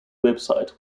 website